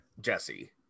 Jesse